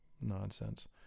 Nonsense